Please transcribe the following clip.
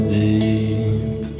deep